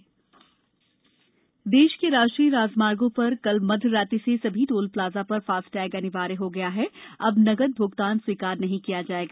श्फास्टैगश् अनिवार्य देश के राष्ट्रीय राजमार्गों पर कल मध्य रात्रि से सभी टोल प्लाजा पर श्फास्टैगश् अनिवार्य हो गया है और अब नकद भ्गतान स्वीकार नहीं किया जाएगा